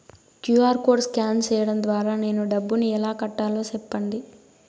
QR code scan సేయడం ద్వారా నేను డబ్బును ఎలా కట్టాలో సెప్పండి?